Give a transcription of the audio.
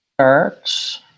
Search